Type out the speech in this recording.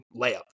layup